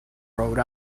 rode